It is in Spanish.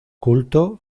culto